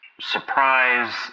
surprise